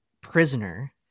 prisoner